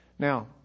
Now